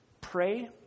Pray